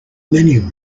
many